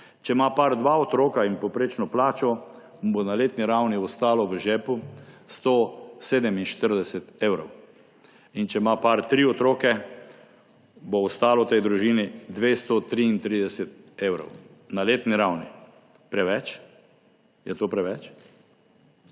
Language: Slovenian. Če ima par dva otroka in povprečno plačo, mu bo na letni ravni ostalo v žepu 147 evrov. Če ima par tri otroke, bo ostalo tej družini 233 evrov na letni ravni. Preveč? Je to preveč?